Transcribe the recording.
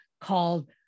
called